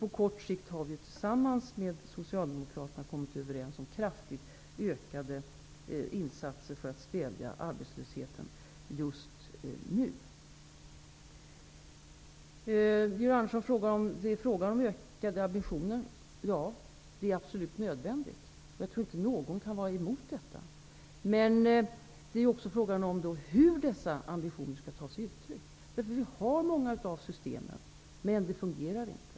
På kort sikt har vi tillsammans med Socialdemokraterna kommit överens om kraftigt ökade insatser för att stävja arbetslösheten just nu. Georg Andersson undrade om det är fråga om ökade ambitioner. Ja, det är absolut nödvändigt. Jag tror inte någon kan vara emot det. Frågan är hur dessa ambitioner skall ta sig uttryck. Vi har många system, men de fungerar inte.